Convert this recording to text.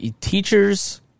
teachers